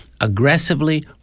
aggressively